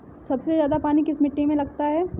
सबसे ज्यादा पानी किस मिट्टी में लगता है?